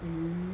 mm